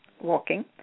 walking